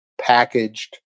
packaged